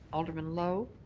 alderman lowe.